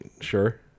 sure